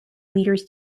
meters